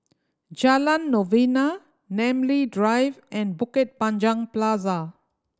Jalan Novena Namly Drive and Bukit Panjang Plaza